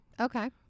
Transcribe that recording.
okay